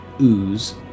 ooze